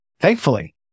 Thankfully